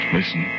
Listen